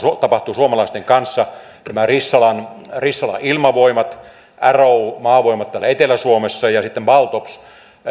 tapahtuu suomalaisten kanssa rissalan rissalan ilmavoimat arrow maavoimat täällä etelä suomessa ja sitten baltops